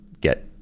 get